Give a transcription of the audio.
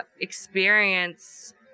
experience